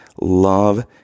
love